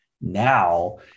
now